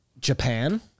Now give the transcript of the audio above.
Japan